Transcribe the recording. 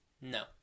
No